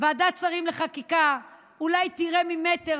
ועדת שרים לחקיקה אולי תראה ממטר